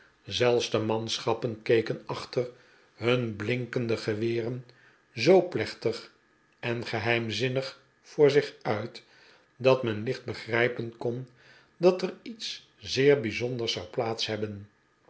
zelfs de manschappen keken achter hun blinkende geweren zoo plechtig en geheimzinnig voor zich uit dat men licht begrijpen kon dat er iets zeer bijzonders zou plaats hebben